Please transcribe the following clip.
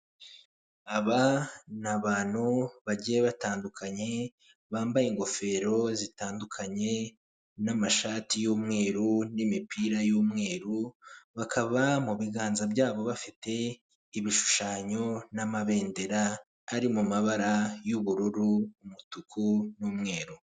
Aba n'abantu bagiye batandukanye, bambaye ingofero zitandukanye n'amashati y'umweru n'imipira y'umweru, bakaba mu biganza byabo bafite ibishushanyo n'amabendera ari mu mabara y'ubururu, umutuku, n'umweru.